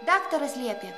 daktaras liepė